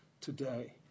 today